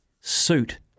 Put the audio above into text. suit